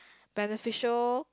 beneficial